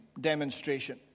demonstration